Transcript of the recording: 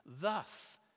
thus